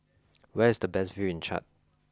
where is the best view in Chad